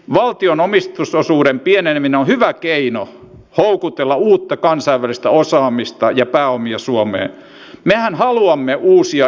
valtion omistusosuuden pieneneminen on hyvä keino houkutella uutta kansainvälistä osaamista ja pääomia suomeen mehän haluamme uusia investointeja maahamme